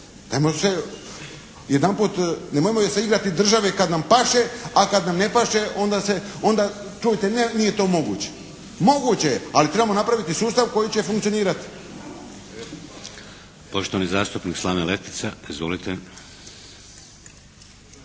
Nemojmo se igrati države kad nam paše, a kad nam ne paše onda se, čujte, nije to moguće. Moguće je ali trebamo napraviti sustav koji će funkcionirati.